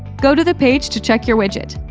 go to the page to check your widget.